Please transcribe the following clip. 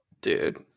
Dude